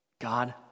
God